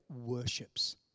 worships